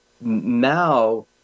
Now